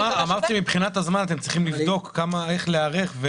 אבל אמרת שמבחינת הזמן אתם צריכים לבדוק איך להיערך.